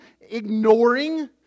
ignoring